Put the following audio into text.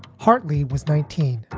hartley was nineteen.